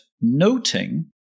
noting